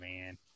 man